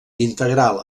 integral